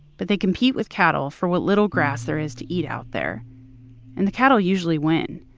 but they compete with cattle for what little grass there is to eat out there and the cattle usually win.